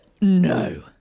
No